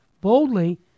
boldly